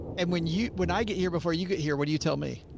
and when you, when i get here before you get here, what do you tell me?